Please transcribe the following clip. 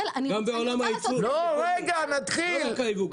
גם בעולם הייצור, לא רק הייבוא.